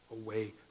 away